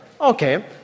Okay